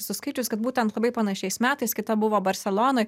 esu skaičius kad būtent labai panašiais metais kita buvo barselonoj